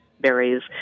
berries